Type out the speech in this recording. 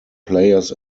players